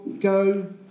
go